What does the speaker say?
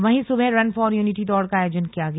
वहीं सुबह run for unity दौड़ का आयोजन किया गया